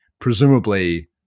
presumably